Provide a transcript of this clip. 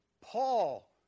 Paul